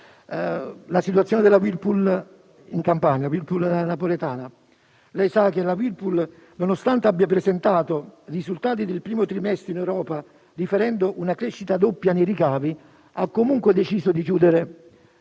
situazione della Whirpool in tale città. Lei sa che la Whirpool nonostante abbia presentato i risultati del primo trimestre in Europa, riferendo una crescita doppia nei ricavi, ha comunque deciso di chiudere